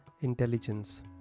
intelligence